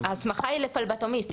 ההסמכה היא לפלבוטומיסט.